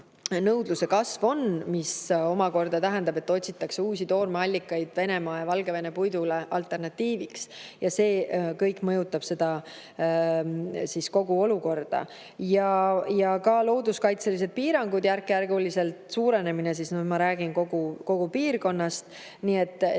nõudluse kasv on tõesti olemas ja see tähendab, et otsitakse uusi toormeallikaid Venemaa ja Valgevene puidule alternatiiviks. See kõik mõjutab kogu seda olukorda. Ja on ka looduskaitseliste piirangute järkjärguline suurenemine – ma räägin kogu piirkonnast. Nii et